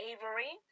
Avery